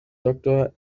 doctor